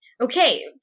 okay